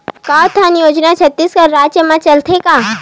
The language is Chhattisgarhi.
गौधन योजना छत्तीसगढ़ राज्य मा चलथे का?